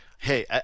Hey